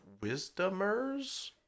wisdomers